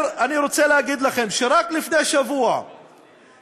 אני רוצה להגיד לכם שרק לפני שבוע התקיים